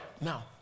Now